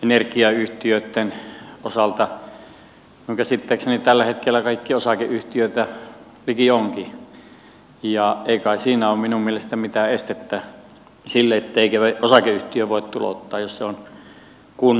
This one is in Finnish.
energiayhtiöitten osalta minun käsittääkseni tällä hetkellä liki kaikki osakeyhtiöitä ovatkin ja ei kai siinä ole minun mielestäni mitään estettä sille etteikö osakeyhtiö voi tulouttaa jos se on kunnan